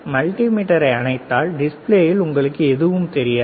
multi மீட்டரை அணைத்தால் டிஸ்ப்ளேவில் உங்களுக்கு எதுவும் தெரியாது